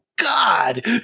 God